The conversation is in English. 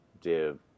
div